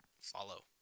Follow